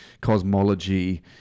cosmology